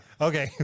okay